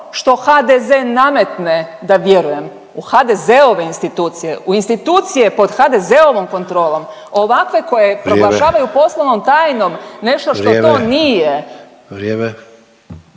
što HDZ nametne da vjerujem, u HDZ-ove institucije, u institucije pod HDZ-ovom kontrolom, ovakve koje…/Upadica Sanader: Vrijeme/…proglašavaju poslovnom tajnom nešto što to nije…/Upadica